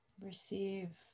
receive